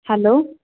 hello